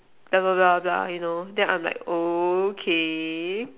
blah blah blah blah then I'm like okay